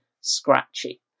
scratchy